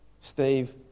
Steve